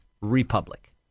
Republic